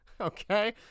Okay